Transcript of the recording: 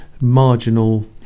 marginal